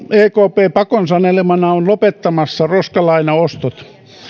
ekp pakon sanelemana on lopettamassa roskalainaostot